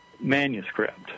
manuscript